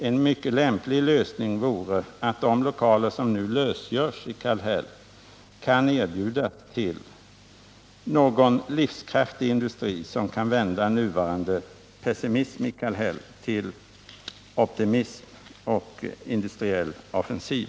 En mycket lämplig lösning vore att de lokaler som nu lösgörs i Kallhäll erbjuds till någon livskraftig industri som kan vända nuvarande pessimism i Kallhäll till optimism och industriell offensiv.